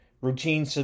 routine